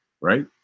right